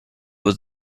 was